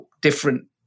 different